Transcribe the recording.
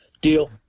Deal